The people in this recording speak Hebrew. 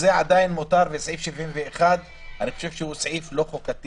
זה עדיין מותר, וסעיף 71 אני חושב שהוא לא חוקתי